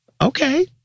okay